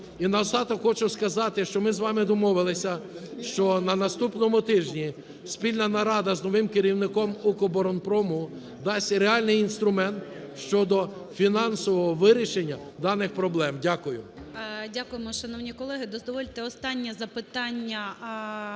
І наостанок хочу сказати, що ми з вами домовились, що на наступному тижні спільна нарада з новим керівником "Укроборонпрому" дасть реальний інструмент щодо фінансового вирішення даних проблем. Дякую. ГОЛОВУЮЧИЙ. Дякуємо, шановні колеги. Дозвольте останнє запитання